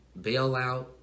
bailout